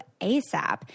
ASAP